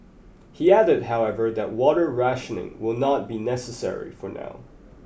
he added however that water rationing will not be necessary for now